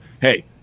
hey